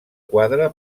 quadre